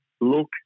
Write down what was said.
look